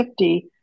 50